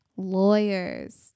lawyers